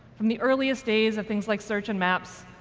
from the earliest days of things like search and maps,